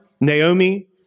Naomi